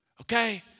Okay